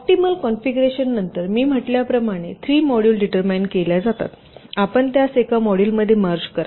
optimal configuration नंतर मी म्हटल्याप्रमाणे 3 मॉड्यूल डिटरमाईन केल्या जातात आपण त्यास एका मॉड्यूलमध्ये मर्ज करा